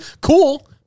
Cool